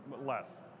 less